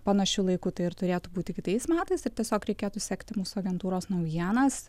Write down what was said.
panašiu laiku tai ir turėtų būti kitais metais ir tiesiog reikėtų sekti mūsų agentūros naujienas